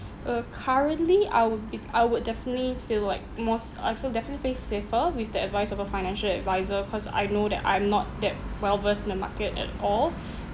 uh currently I would be I would definitely feel like mos~ I feel definitely safer with the advice of a financial adviser cause I know that I'm not that well versed in the market at all